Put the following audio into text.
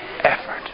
effort